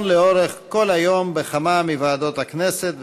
לאורך כל היום בכמה מוועדות הכנסת,